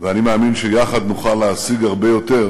ואני מאמין שיחד נוכל להשיג הרבה יותר